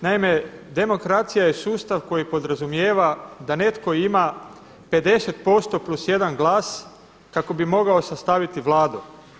Naime, demokracija je sustav koji podrazumijeva da netko ima 50% plus jedan glas kako bi mogao sastaviti Vladu.